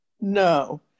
No